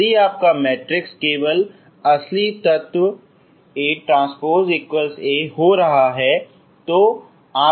यदि आपका मैट्रिक्स केवल असली तत्व ATA हो रहा है